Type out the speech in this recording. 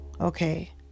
okay